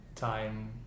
time